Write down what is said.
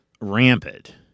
rampant